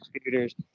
scooters